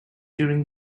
during